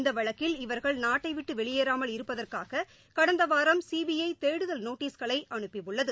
இந்த வழக்கில் இவர்கள் நாட்டைவிட்டு வெளியேறாமல் இருப்பதற்காக கடந்த வாரம் சிபிஐ தேடுதல் நோட்டீஸ்களை அனுப்பியுள்ளது